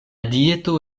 dieto